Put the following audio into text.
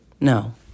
no